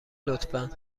لطفا